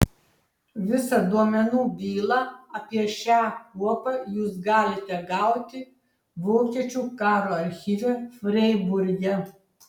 visą duomenų bylą apie šią kuopą jūs galite gauti vokiečių karo archyve freiburge